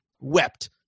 wept